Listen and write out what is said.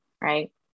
right